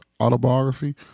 autobiography